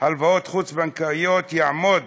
הלוואות חוץ-בנקאיות יעמוד